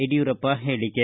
ಯಡಿಯೂರಪ್ಪ ಹೇಳಿಕೆ